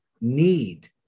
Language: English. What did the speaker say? need